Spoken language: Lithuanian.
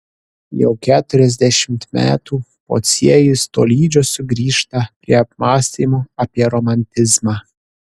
jau keturiasdešimt metų pociejus tolydžio sugrįžta prie apmąstymų apie romantizmą